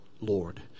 lord